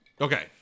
Okay